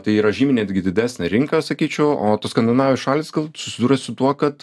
tai yra žymiai netgi didesnė rinka sakyčiau o tos skandinavijos šalys susidūrė su tuo kad